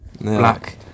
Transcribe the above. black